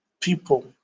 people